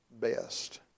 best